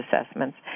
assessments